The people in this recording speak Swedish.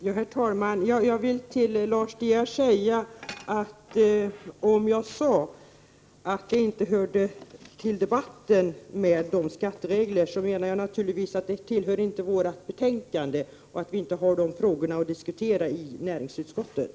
Herr talman! Jag vill till Lars De Geer säga att om jag sade att frågan om skatteregler inte hörde till debatten, menade jag naturligtvis att den inte hör hemma i näringsutskottet.